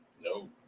No